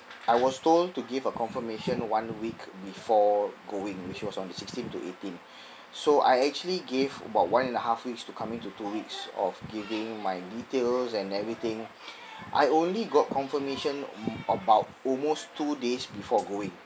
I was told to give a confirmation one week before going which was on the sixteen to eighteen so I actually gave about one and a half weeks to coming to two weeks of giving my details and everything I only got confirmation about almost two days before going